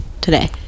today